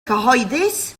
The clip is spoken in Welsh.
cyhoeddus